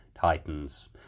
titans